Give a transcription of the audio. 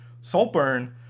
Saltburn